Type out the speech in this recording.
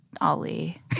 Ollie